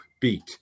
beat